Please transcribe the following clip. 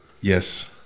Yes